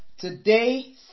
Today